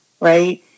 right